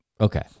Okay